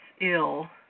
ill